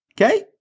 Okay